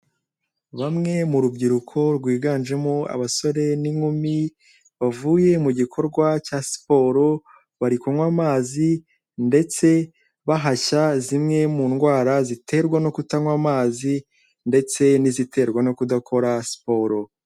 Bamwe mu rubyiruko rwiganjemo abasore n'inkumi, bavuye mu gikorwa cya siporo, bari kunywa amazi ndetse bahashya zimwe mu ndwara ziterwa no kutanywa amazi, ndetse n'iziterwa no kudakora siporo.